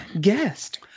guest